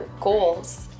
goals